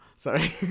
Sorry